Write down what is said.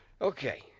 Okay